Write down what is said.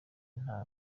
nta